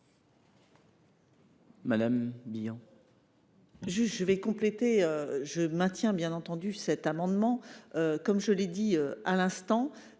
Madame Billon,